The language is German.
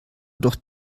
doch